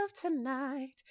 tonight